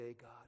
God